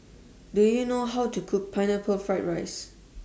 Do YOU know How to Cook Pineapple Fried Rice